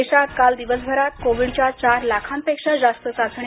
देशात काल दिवसभरात कोविडच्या चार लाखांपेक्षा जास्त चाचण्या